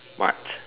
what